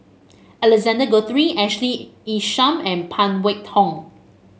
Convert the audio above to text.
Alexander Guthrie Ashley Isham and Phan Wait Tong